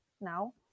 now